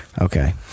okay